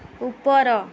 ଉପର